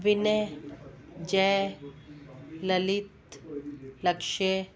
विनय जय ललित लक्ष्य